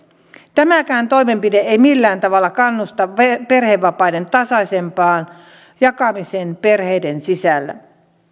tämäkään toimenpide ei millään tavalla kannusta perhevapaiden tasaisempaan jakamiseen perheiden sisällä